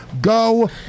Go